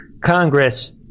Congress